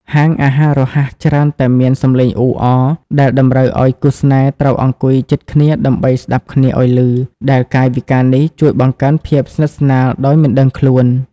ហាងអាហាររហ័សច្រើនតែមានសំឡេងអ៊ូអរ ដែលតម្រូវឱ្យគូស្នេហ៍ត្រូវអង្គុយជិតគ្នាដើម្បីស្ដាប់គ្នាឱ្យឮ ដែលកាយវិការនេះជួយបង្កើនភាពស្និទ្ធស្នាលដោយមិនដឹងខ្លួន។